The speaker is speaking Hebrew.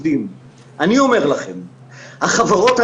אין לנו מספיק אנשים,